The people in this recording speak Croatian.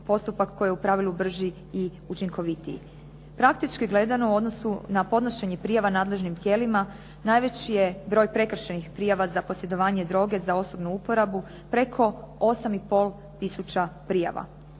postupak koji u pravilu brži i učinkovitiji. Praktički gledano u odnosu na podnošenje prijava nadležnim tijelima, najveći je broj prekršajnih prijava za posjedovanje droge za osobnu uporabu preko 8,5 tisuća prijava.